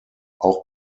auch